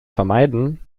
vermeiden